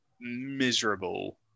miserable